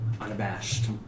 unabashed